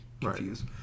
confused